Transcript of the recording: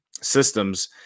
systems